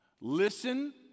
Listen